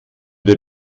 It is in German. der